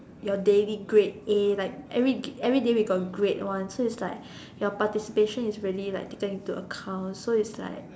your daily grade a like everyday we got grade one so it's like your participation is really like taken into account so it's like